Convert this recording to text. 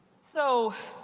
so